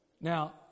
Now